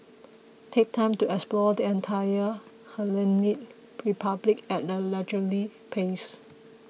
take time to explore the entire Hellenic Republic at a leisurely pace